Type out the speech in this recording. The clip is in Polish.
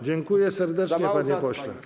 Dziękuję serdecznie, panie pośle.